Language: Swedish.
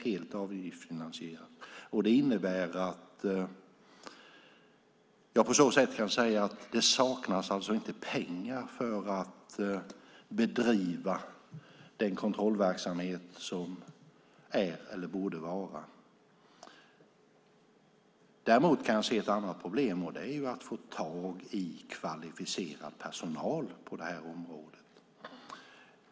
Det innebär att det på så sätt inte saknas pengar för att bedriva den kontrollverksamhet är eller borde vara. Däremot kan jag se ett annat problem. Det är att få tag i kvalificerad personal på området.